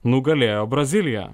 nugalėjo braziliją